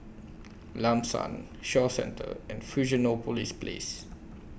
Lam San Shaw Centre and Fusionopolis Place